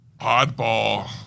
oddball